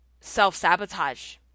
self-sabotage